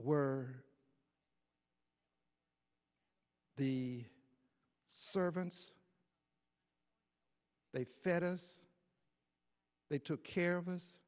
were the servants they fed us they took care of us